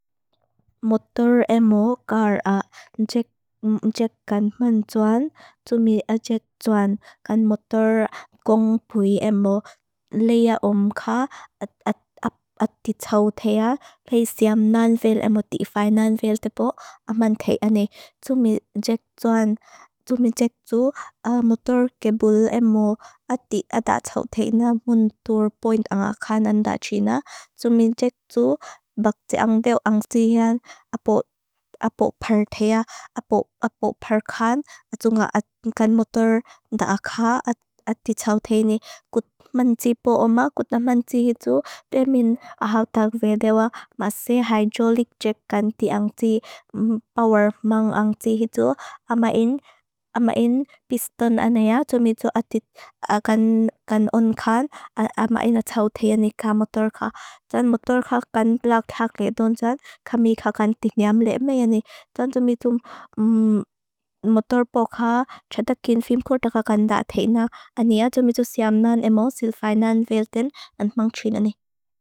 Motor emo kar a nje kan manjwan, tumi aje cjan kan motor kong pui emo leya omka at ati tawteya. Peisiam nanvel emo defa nanvel tepo amante ane tumi cjan. Tumi ctu motor kebu emo ati atat tawteya na muntur poind anakana nandachina, emo sil finan veldin and mongchileni.